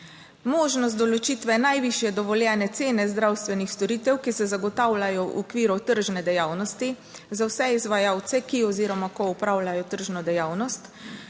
možnost določitve najvišje dovoljene cene zdravstvenih storitev, ki se zagotavljajo v okviru tržne dejavnosti za vse izvajalce, ki oziroma ko opravljajo tržno dejavnost,